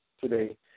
today